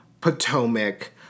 Potomac